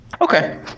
Okay